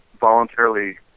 voluntarily